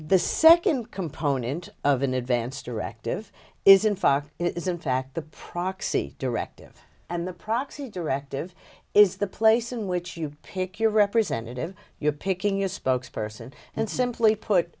the second component of an advance directive is in fact it is in fact the proxy directive and the proxy directive is the place in which you pick your representative your picking your spokes person and simply put